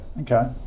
Okay